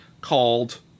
called